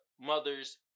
mothers